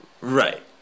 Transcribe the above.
Right